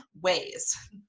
ways